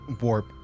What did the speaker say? warp